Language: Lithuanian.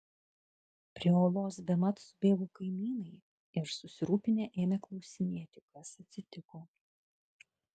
prie olos bemat subėgo kaimynai ir susirūpinę ėmė klausinėti kas atsitiko